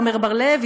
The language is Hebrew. עמר בר-לב,